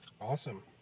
Awesome